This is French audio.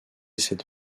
cette